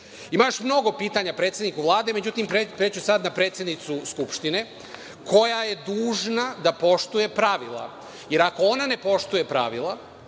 još mnogo pitanja predsedniku Vlade, međutim, preći ću sada na predsednicu Skupštine, koja je dužna da poštuje pravila, jer ako ona ne poštuje pravila,